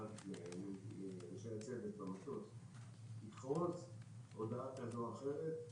מאנשי הצוות במטוס יכריז הודעה כזו או אחרת.